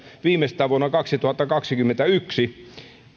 viimeistään vuonna kaksituhattakaksikymmentäyksi